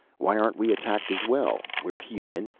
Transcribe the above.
why aren't we attacked as well? we're human,